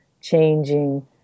changing